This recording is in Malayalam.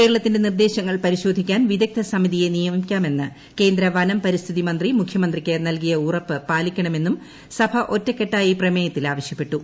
കേരളത്തിന്റെ നിർദേശങ്ങൾ പരിശോധിക്കാൻ വിദഗ്ധ സമിതിയെ നിയമിക്കാമെന്ന് കേന്ദ്ര വനം പരിസ്ഥിതി മന്ത്രി മുഖ്യമന്ത്രിക്ക് നൽകിയ ഉറപ്പ് പാലിക്കണമെന്നും സഭ ഒറ്റകെട്ടായി പ്രമേയത്തിൽ ആവശ്യപ്പെട്ടു